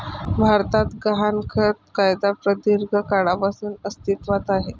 भारतात गहाणखत कायदा प्रदीर्घ काळापासून अस्तित्वात आहे